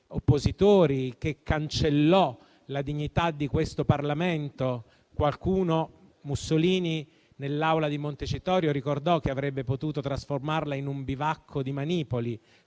oppositori e che cancellò la dignità di questo Parlamento. Qualcuno (Mussolini) nell'Aula di Montecitorio ricordò che avrebbe potuto trasformarla in un bivacco di manipoli.